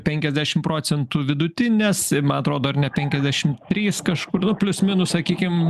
penkiasdešimt procentų vidutinės man atrodo ar ne penkiasdešimt trys kažkur plius minus sakykim